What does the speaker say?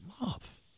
love